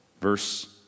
Verse